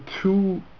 two